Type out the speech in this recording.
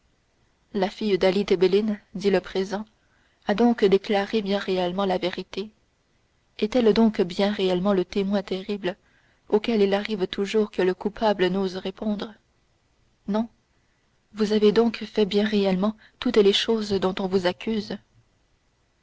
la fille dali tebelin dit le président a donc déclaré bien réellement la vérité elle est donc bien réellement le témoin terrible auquel il arrive toujours que le coupable n'ose répondre non vous avez donc fait bien réellement toutes les choses dont on vous accuse